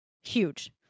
huge